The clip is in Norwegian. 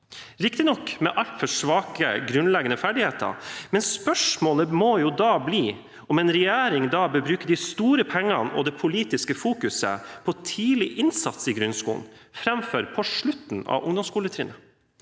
riktignok med altfor svake grunnleggende ferdigheter, men spørsmålet må jo da bli om en regjering bør bruke de store pengene og det politiske fokuset på tidlig innsats i grunnskolen, framfor på slutten av ungdomsskoletrinnet.